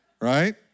Right